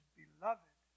beloved